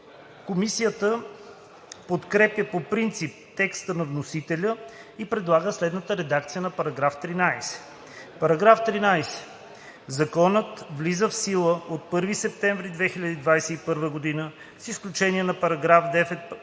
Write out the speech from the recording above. Комисията подкрепя по принцип текста на вносителя и предлага следната редакция на § 13: „§ 13. Законът влиза в сила от 1 септември 2021 г., с изключение на § 9, § 10,